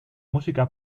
música